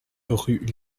rue